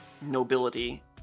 nobility